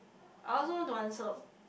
I also want to answer